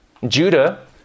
Judah